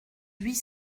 huit